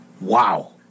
Wow